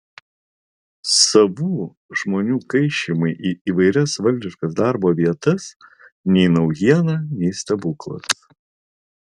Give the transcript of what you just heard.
savų žmonių kaišymai į įvairias valdiškas darbo vietas nei naujiena nei stebuklas